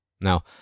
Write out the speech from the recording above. Now